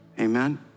Amen